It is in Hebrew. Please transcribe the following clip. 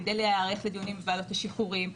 כדי להיערך לדיונים בוועדות השחרורים,